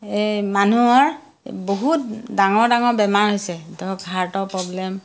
এই মানুহৰ বহুত ডাঙৰ ডাঙৰ বেমাৰ হৈছে ধৰক হাৰ্টৰ প্ৰব্লেম